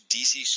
DC